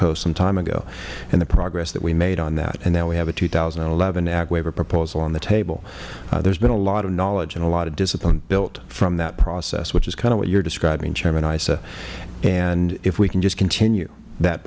coast some time ago and the progress that we made on that and now we have a two thousand and eleven ag waiver proposal on the table there has been a lot of knowledge and a lot of discipline built from that process which is kind of what you are describing chairman issa and if we can just continue that